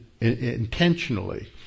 intentionally